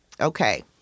Okay